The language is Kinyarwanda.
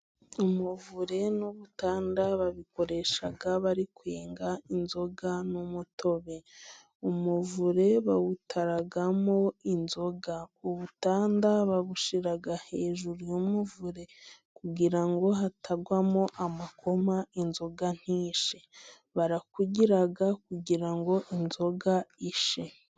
Umuvure n'ubutanda babikoresha bari kwenga inzoga n'umutobe, umuvure bawutaramo inzoga ubutanda babushyira hejuru y'umuvure, kugira ngo hatagwamo amakoma inzoga ntishye. Barakugira kugira ngo inzoga ishye.